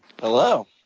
Hello